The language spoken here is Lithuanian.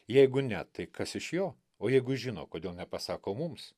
jeigu ne tai kas iš jo o jeigu žino kodėl nepasako mums